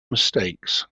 mistakes